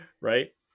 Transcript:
right